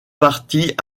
partie